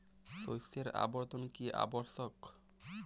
শস্যের আবর্তন কী আবশ্যক?